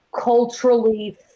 culturally